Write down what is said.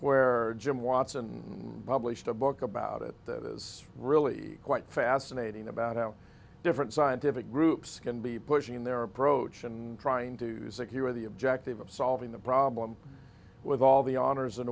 where jim watson published a book about it that is really quite fascinating about how different scientific groups can be pushing their approach and trying to secure the objective of solving the problem with all the honors and